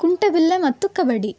ಕುಂಟೆಬಿಲ್ಲೆ ಮತ್ತು ಕಬಡ್ಡಿ